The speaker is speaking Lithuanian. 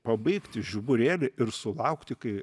pabaigti žiburėlį ir sulaukti kai